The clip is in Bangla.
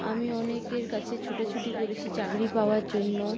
আমি অনেকের কাছে ছুটোছুটি করেছি চাকরি পাওয়ার জন্য